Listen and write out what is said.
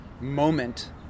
moment